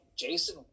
Jason